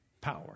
power